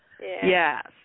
Yes